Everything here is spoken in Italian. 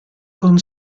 con